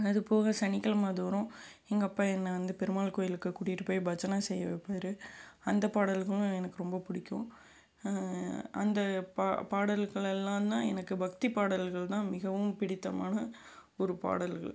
அதுபோக சனிக்கிழமைதோறும் எங்கள் அப்பா என்னை வந்து பெருமாள் கோயிலுக்கு கூட்டிகிட்டு போய் பஜனை செய்ய வைப்பாரு அந்த பாடல்களும் எனக்கு ரொம்ப பிடிக்கும் அந்த ப பாடல்கள் எல்லாம்தான் எனக்கு பக்தி பாடல்கள் தான் மிகவும் பிடித்தமான ஒரு பாடல்கள்